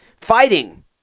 Fighting